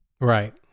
Right